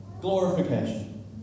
glorification